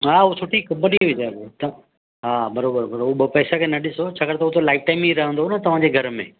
हा उहा सुठी कंपनी विझाइबो उहो त हा बराबरि बराबरि ॿ पैसे खे न ॾिसो छाकाणि त उहो त लाइटुनि में ई रहंदो तव्हांजे घर में